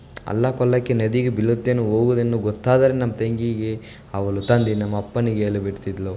ಹಳ್ಳ ಕೊಳ್ಳಕ್ಕೆ ನದಿಗೆ ಬೀಳುತ್ತೆನು ಹೋಗುದನ್ನು ಗೊತ್ತಾದರೆ ನಮ್ಮ ತಂಗಿಗೆ ಅವಳು ತಂದೆ ನಮ್ಮ ಅಪ್ಪನಿಗೆ ಹೇಳಿಬಿಡ್ತಿದ್ಲು